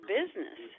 business